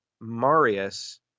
Marius